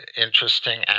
interesting